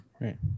Right